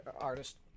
artist